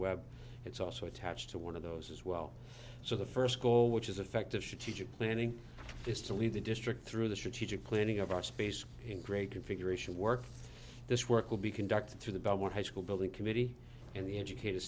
web it's also attached to one of those as well so the for st goal which is effective teacher planning is to lead the district through the strategic planning of our space in great configuration work this work will be conducted through the belmore high school building committee and the educat